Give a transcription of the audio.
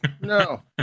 no